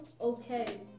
okay